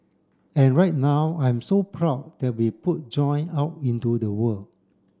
and right now I'm so proud that we put joy out into the world